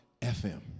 FM